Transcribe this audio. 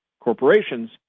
corporations